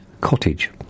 Cottage